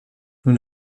nous